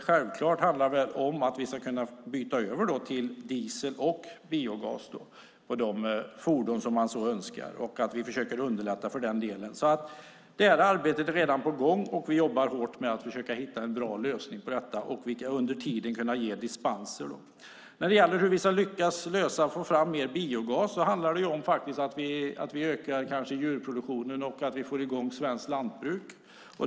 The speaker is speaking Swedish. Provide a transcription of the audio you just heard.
Självklart handlar det om att vi ska kunna gå över till diesel och biogas för de fordon som man så önskar och att vi försöker underlätta i den delen. Det arbetet är redan på gång, och vi jobbar hårt med att försöka hitta en bra lösning på detta. Under tiden ska vi kunna ge dispenser. När det gäller hur vi ska lyckas få fram mer biogas handlar det om att vi kanske ökar djurproduktionen och får i gång svenskt lantbruk.